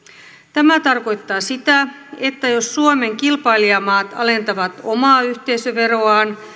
tämä tarkoittaa sitä että jos suomen kilpailijamaat alentavat omaa yhteisöveroaan